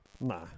nah